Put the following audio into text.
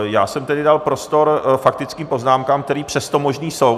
Já jsem tedy dal prostor faktickým poznámkám, které přesto možné jsou.